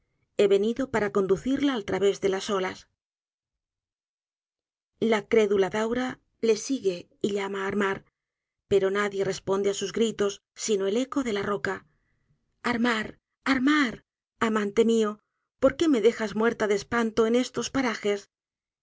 he venido para conducirla al través de las olas la crédula daura le sigue y llama á armar pero nadie responde á sus gritos sino el eco de la roca armar armar amante mió por qué me dejas muerta de espanto en estos parajes